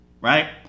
right